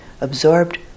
absorbed